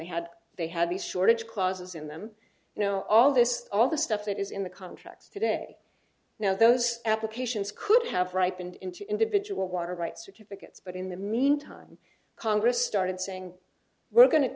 they had they had these shortage clauses in them you know all this all the stuff that is in the contracts today now those applications could have ripened into individual water rights certificates but in the meantime congress started saying we're go